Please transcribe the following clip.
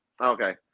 okay